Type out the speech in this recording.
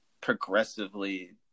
progressively